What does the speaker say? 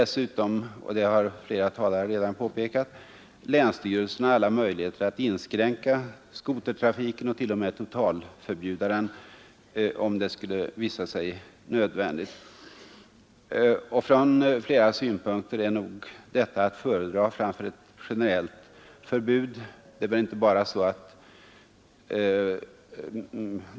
Som flera talare redan påpekat har dessutom länsstyrelserna alla möjligheter att inskränka skotertrafiken och att t.o.m. totalförbjuda den, om detta skulle visa sig nödvändigt. Från flera synpunkter är detta att föredra framför ett generellt förbud.